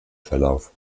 verlauf